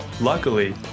Luckily